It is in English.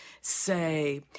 say